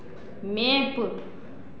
map